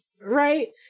right